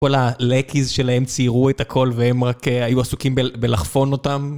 כל הלקיז שלהם ציירו את הכל והם רק היו עסוקים בלחפון אותם